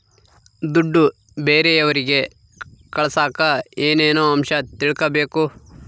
ದುಡ್ಡು ಬೇರೆಯವರಿಗೆ ಕಳಸಾಕ ಏನೇನು ಅಂಶ ತಿಳಕಬೇಕು?